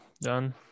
Done